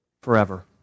Forever